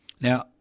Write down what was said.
now